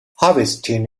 harvesting